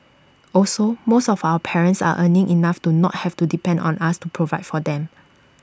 also most of our parents are earning enough to not have to depend on us to provide for them